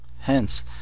hence